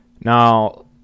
Now